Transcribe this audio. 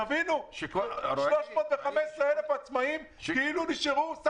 תבינו, 315,000 עצמאים כאילו נשארו בצד.